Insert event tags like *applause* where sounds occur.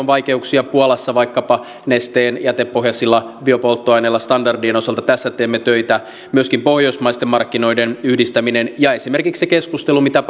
*unintelligible* vaikeuksia puolassa vaikkapa nesteen jätepohjaisilla biopolttoaineilla standardien osalta tässä teemme töitä myöskin pohjoismaisten markkinoiden yhdistäminen ja esimerkiksi se keskustelu mitä *unintelligible*